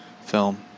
film